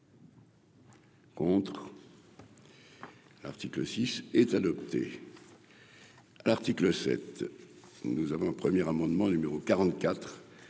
Contre. Article 6 est adopté l'article 7 nous avons un premier amendement numéro